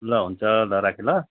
ल हुन्छ ल राखेँ ल